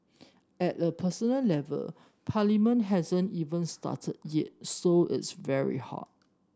at a personal level Parliament hasn't even started yet so it's very hard